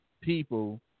people